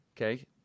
okay